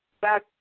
back